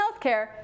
healthcare